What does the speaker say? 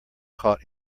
caught